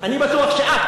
אני בטוח שאת,